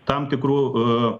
tam tikrų